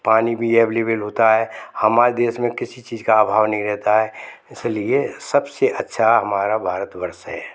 पानी भी अवेलेबल होता है हमारे देश में किसी चीज का अभाव नहीं रहता है इसीलिए सबसे अच्छा हमारा भारत वर्ष है